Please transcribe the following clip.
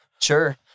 Sure